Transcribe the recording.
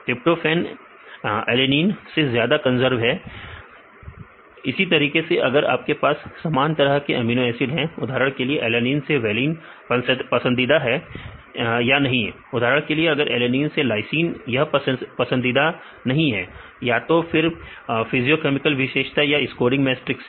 tryptophan alanine से ज्यादा conserve है इसी तरीके से अगर आपके पास समान तरह के अमीनो एसिड हैं उदाहरण के लिए एलेनिन से वेलीन पसंदीदा है या नहीं है उदाहरण के लिए अगर एलेनिन से लाइसीन यह पसंदीदा नहीं है या तो फिर फिजियोकेमिकल विशेषता या स्कोरग मैट्रिक्स से